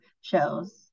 shows